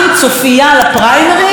ובחסותה הכול הולך.